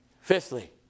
Fifthly